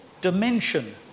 dimension